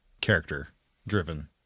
character-driven